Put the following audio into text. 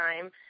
time